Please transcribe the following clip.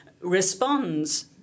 responds